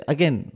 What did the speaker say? Again